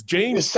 James